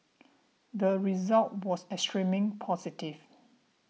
the result was extremely positive